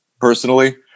personally